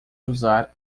usar